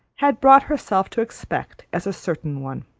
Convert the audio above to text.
had brought herself to expect as a certain one.